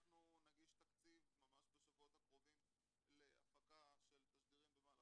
אנחנו נגיש תקציב ממש בשבועות הקרובים להפקה של תשדירים במהלך